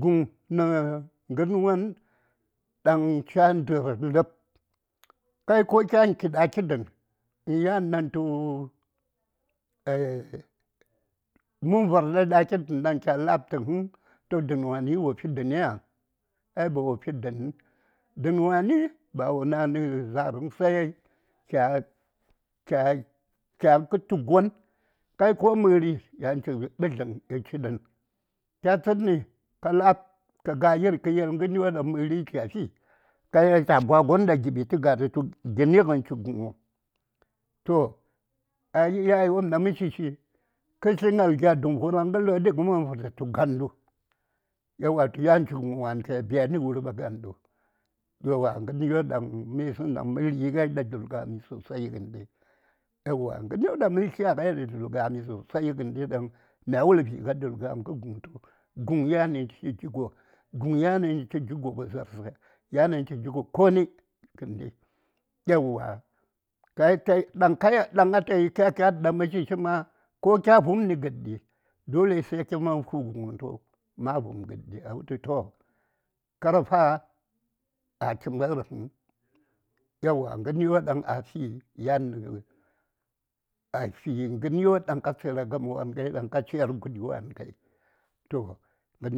﻿Guŋ nə ŋərwon daŋ cha ndər lə:b kai ko kyan ki ɗaki dən enyan ɗantu: mənvar ɗa ɗaki dən ɗan kya la:b tə həŋ Toh dən wani wo fi dəni ya? Ai ba wo fi dənəŋ. Dən wani ba wa na nə za:r həŋ sai kyan kətu gon Kai ko məri ya:nchi ɓədləm daŋ chi dən kya tsənni ka la:b ka ga yir kə yel ŋərwon daŋ chafi ka yel ta bwagon ɗa giɓi tə ga tətu gini yan ci guŋwom toh a iyaye wopm dan mə shishi kəyi tlən ŋal dum vollaŋ kə lə:r ɗi kə man tə tu gandu yauwa tu yanchi guŋ wan kya Biyani wurba gandu gəryo daŋ mə yisəŋ məri:n a dul gami sosai gəndi yauwa ŋəryo daŋ mə tlya ai ɗa dul gami sosai ŋəndi daŋ mya wul vi: a dul gam guŋ tu, Guŋ yanchi jigo guŋ yanchi jigo za:rsə yaninchi jigo koni kəndi yauwa daŋ atayi kyat-kyat daŋ mə shi-shi ma ko kya vumni gəddi dole sai tə man fu guŋ tu ma vum gəddi a wutu toh kar fa a chi mərəŋ gəryo daŋ a fi yan chi a fi gərwon daŋ ka tsira gamawan ŋai daŋ ka chiyar guɗiwan ŋai toh mə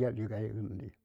yeli ŋai ŋəndi